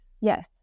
Yes